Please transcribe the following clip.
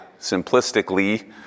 simplistically